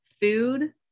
food